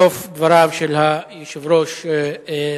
זה סוף דבריו של היושב-ראש ריבלין.